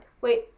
Wait